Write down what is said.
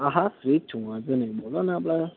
હા હા ફ્રી જ છું વાંધો નહીં બોલો ને આપણે